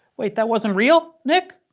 wait that wasn't real? nick?